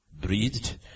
breathed